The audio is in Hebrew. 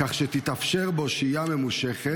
כך שתתאפשר בו שהייה ממושכת,